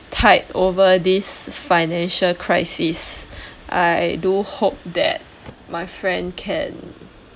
tide over this financial crisis I do hope that my friend can